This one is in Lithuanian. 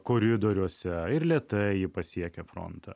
koridoriuose ir lėtai ji pasiekia frontą